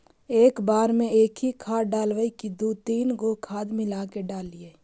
एक बार मे एकही खाद डालबय की दू तीन गो खाद मिला के डालीय?